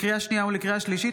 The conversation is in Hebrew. לקריאה שנייה ולקריאה שלישית,